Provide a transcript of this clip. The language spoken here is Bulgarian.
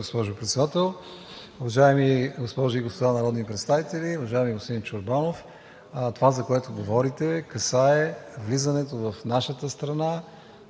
госпожо Председател. Уважаеми госпожи и господа народни представители! Уважаеми господин Чорбанов, това, за което говорите, касае влизането в нашата страна